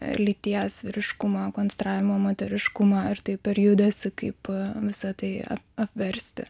lyties vyriškumo konstravimą moteriškumą ar tai per judesį kaip visa tai apversti